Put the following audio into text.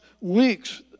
weeks